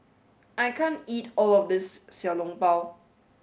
I can't eat all of this Xiao Long Bao